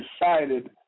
decided